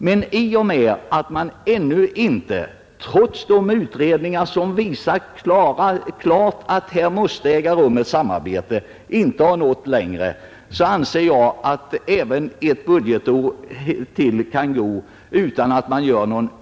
Men i och med att man, trots de klara utredningsresultat som visar att det måste komma till stånd ett samarbete, ännu inte har hunnit längre på den vägen, anser jag att ytterligare ett budgetår bör få förflyta utan att detta anslag höjs.